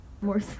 More